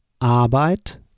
Arbeit